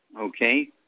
okay